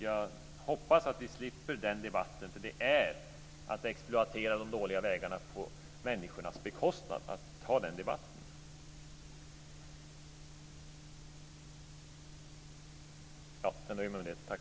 Jag hoppas att vi slipper den debatten, för det är att exploatera de dåliga vägarna på människornas bekostnad att ta den debatten.